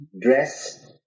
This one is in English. Dress